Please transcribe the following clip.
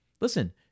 listen